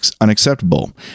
unacceptable